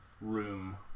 room